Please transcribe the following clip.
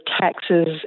taxes